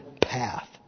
path